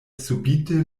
subite